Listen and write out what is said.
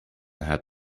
had